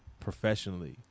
professionally